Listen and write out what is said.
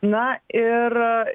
na ir